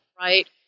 right